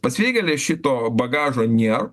pas vėgelę šito bagažo nėr